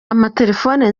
amatelefone